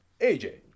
AJ